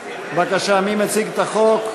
בבקשה, מי מציג את החוק?